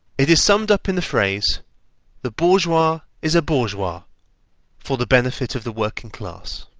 it is summed up in the phrase the bourgeois is a bourgeois for the benefit of the working class.